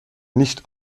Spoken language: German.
nicht